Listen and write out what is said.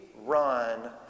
run